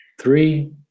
Three